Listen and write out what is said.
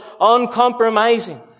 uncompromising